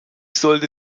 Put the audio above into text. sollte